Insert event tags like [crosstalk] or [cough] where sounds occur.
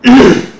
[coughs]